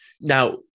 now